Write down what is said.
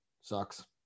sucks